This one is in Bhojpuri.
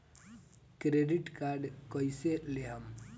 क्रेडिट कार्ड कईसे लेहम?